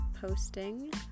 posting